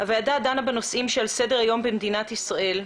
הוועדה דנה בנושאים שעל סדר-היום במדינת ישראל.